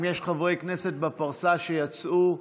אם יש חברי כנסת בפרסה שיצאו,